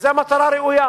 זו מטרה ראויה,